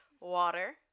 Water